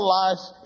life